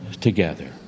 together